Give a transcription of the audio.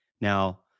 Now